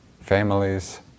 families